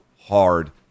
hard